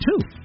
two